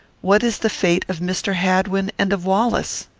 what is the fate of mr. hadwin and of wallace?